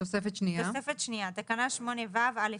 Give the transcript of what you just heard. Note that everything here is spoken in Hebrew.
תוספת שנייה (תקנה 8ו(א)(6))